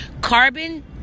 Carbon